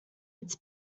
its